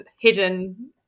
hidden